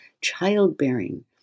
childbearing